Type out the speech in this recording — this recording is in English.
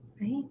right